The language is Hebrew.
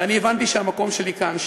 ואני הבנתי שהמקום שלי כאן,